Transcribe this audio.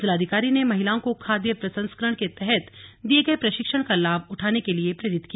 जिलाधिकारी ने महिलाओं को खाद्य प्रसंस्करण के तहत दिए गए प्रशिक्षण का लाभ उठाने के लिए प्रेरित किया